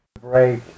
Break